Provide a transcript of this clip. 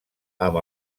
amb